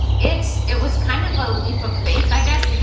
it it was kind of a leap of faith i guess.